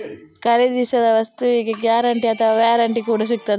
ಖರೀದಿಸಿದ ವಸ್ತುಗೆ ಗ್ಯಾರಂಟಿ ಅಥವಾ ವ್ಯಾರಂಟಿ ಕಾರ್ಡ್ ಸಿಕ್ತಾದ?